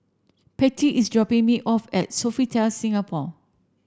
Pattie is dropping me off at Sofitel Singapore